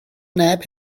neb